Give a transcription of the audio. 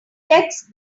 text